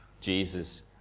Jesus